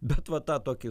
bet va tą tokį